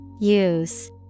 Use